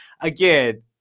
again